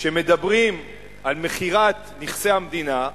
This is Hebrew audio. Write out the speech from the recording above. כשמדברים על מכירת נכסי המדינה,